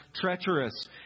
treacherous